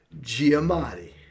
Giamatti